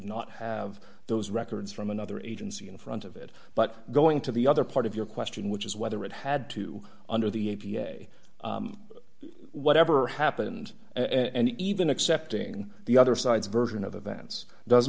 not have those records from another agency in front of it but going to the other part of your question which is whether it had to under the a p s a whatever happened and even accepting the other side's version of events does